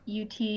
UT